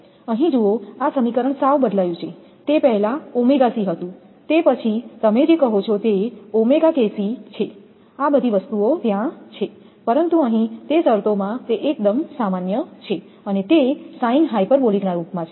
અહીં જુઓ આ સમીકરણ સાવ બદલાયું છે તે પહેલાં હતું તે પછી તમે જે કહો છો તે છે આ બધી વસ્તુઓ ત્યાં છે પરંતુ અહીં તે શરતોમાં તે એકદમ સામાન્ય છે અને તે સાઇન હાઇપરબોલીક ના રૂપમાં છે